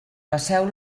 passeu